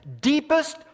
deepest